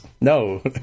No